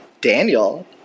Daniel